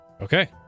Okay